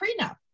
prenup